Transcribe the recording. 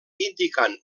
indicant